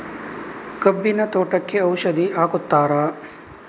ಕಬ್ಬಿನ ತೋಟಕ್ಕೆ ಔಷಧಿ ಹಾಕುತ್ತಾರಾ?